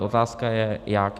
Otázka je jak.